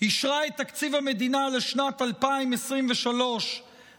אישרה את תקציב המדינה לשנים 2023 ו-2024,